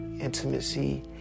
intimacy